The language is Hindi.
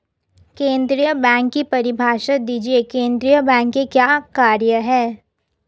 केंद्रीय बैंक की परिभाषा दीजिए केंद्रीय बैंक के क्या कार्य हैं?